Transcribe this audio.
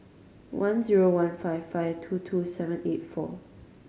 one zero one five five two two seven eight four